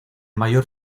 mayor